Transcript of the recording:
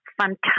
fantastic